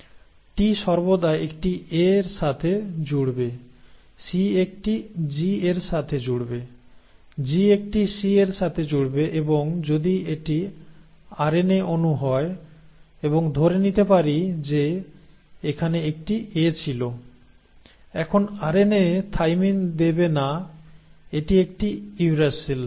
T সর্বদা একটি A এর সাথে জুড়বে C একটি G এর সাথে জুড়বে G একটি C এর সাথে জুড়বে এবং যদি এটি আরএনএ অণু হয় এবং ধরে নিতে পারি যে এখানে একটি A ছিল এখন আরএনএ থাইমিন দেবে না এটি একটি ইউরাসিল দেবে